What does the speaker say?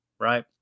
right